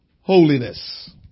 holiness